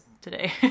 today